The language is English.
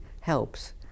helps